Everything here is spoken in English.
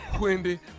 Wendy